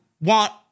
want